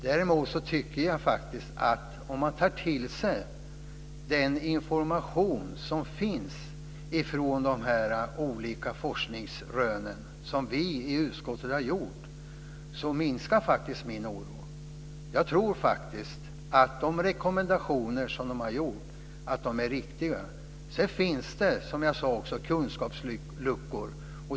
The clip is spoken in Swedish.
Om man som vi i utskottet har gjort tar till sig den information som finns från de olika forskningsrön minskar oron. Jag tror att de rekommendationer som har gjorts är riktiga. Sedan finns det, som jag också sade, kunskapsluckor.